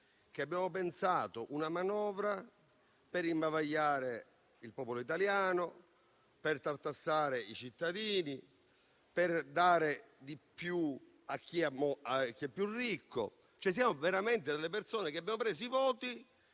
abbiamo pensato una manovra per imbavagliare il popolo italiano, per tartassare i cittadini, per dare di più a chi è più ricco. Siamo cioè delle persone che abbiamo preso i voti